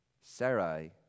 Sarai